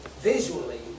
visually